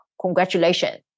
congratulations